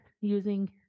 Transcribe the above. using